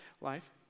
life